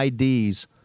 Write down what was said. IDs